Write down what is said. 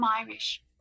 Irish